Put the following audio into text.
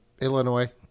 Illinois